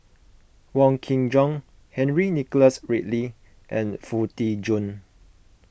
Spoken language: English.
Wong Kin Jong Henry Nicholas Ridley and Foo Tee Jun